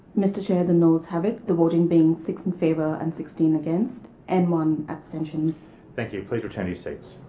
mr chair, the noes have it. the voting being six in favour and sixteen against and one abstention. chair thank you. please return to your seats.